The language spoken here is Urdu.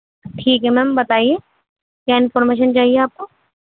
ٹھیک ہے میم بتائیے کیا انفارمیشن چاہیے آپ کو